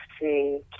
see